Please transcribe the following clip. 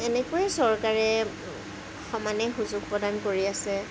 এনেকৈয়ে চৰকাৰে সমানেই সুযোগ প্ৰদান কৰি আছে